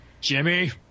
Jimmy